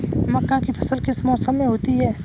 मक्का की फसल किस मौसम में होती है?